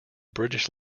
british